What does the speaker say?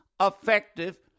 effective